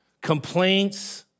complaints